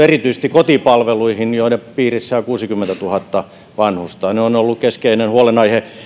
erityisesti kotipalveluihin joiden piirissä on kuusikymmentätuhatta vanhusta ne ovat olleet keskeinen huolenaihe